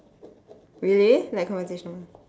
really like conversational